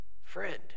Friend